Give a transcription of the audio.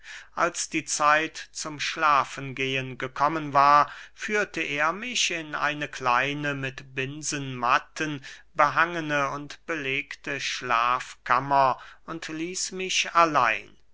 als die zeit zum schlafengehen gekommen war führte er mich in eine kleine mit binsenmatten behangene und belegte schlafkammer und ließ mich allein